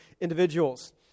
individuals